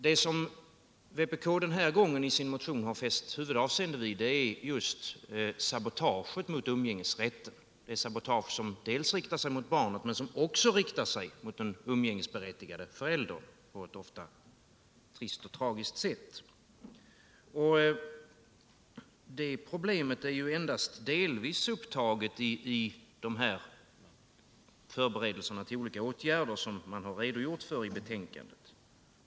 Det som vpk den här gången i sin motion fäst det huvudsakliga avseendet vid är just sabotaget mot umgängesrätten, det sabotage som riktar sig inte bara mot barnen utan också mot umgängesberättigade föräldrar på ett ofta trist och tragiskt sätt. Och det problemet har endast delvis upptagits i de förberedelser till olika åtgärder som utskottet redogjort för i betänkandet.